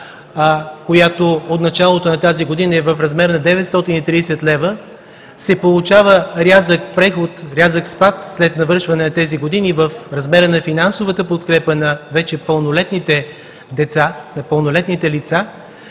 която от началото на тази година е в размер на 930 лв., се получава рязък спад след навършване на тези години в размера на финансовата подкрепа на вече пълнолетните лица.